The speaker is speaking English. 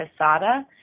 Casada